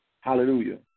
hallelujah